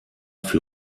für